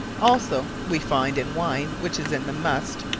also we finde in wine which is in the must,